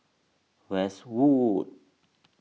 Westwood